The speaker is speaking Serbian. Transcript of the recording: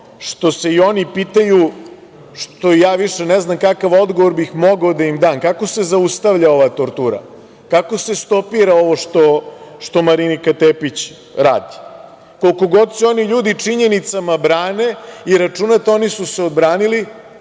što se i oni pitaju, što ja više ne znam kakav odgovor bih mogao da im dam, kako se zaustavlja ova tortura? Kako se stopira ovo što Marinika Tepić radi? Koliko god se oni ljudi činjenicama brane i računate da su se oni odbranili,